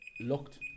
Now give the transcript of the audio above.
looked